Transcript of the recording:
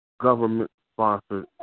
government-sponsored